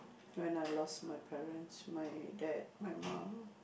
when I lost my parents my dad my mum